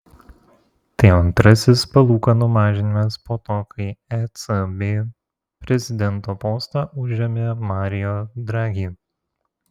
tai jau antrasis palūkanų mažinimas po to kai ecb prezidento postą užėmė mario draghi